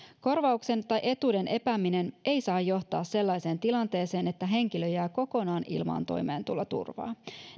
korvauksen tai etuuden epääminen ei saa johtaa sellaiseen tilanteeseen että henkilö jää kokonaan ilman toimeentuloturvaa